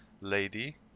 lady